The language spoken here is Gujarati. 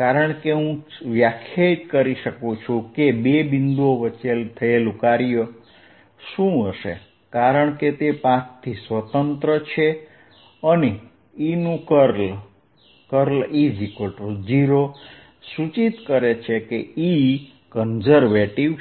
કારણ કે હું વ્યાખ્યાયિત કરી શકું છું કે બે બિંદુઓ વચ્ચે થયેલું કાર્ય શું હશે કારણ કે તે પાથથી સ્વતંત્ર છે અને E નું કર્લ E0 સૂચિત કરે છે કે E કન્ઝર્વેટિવ છે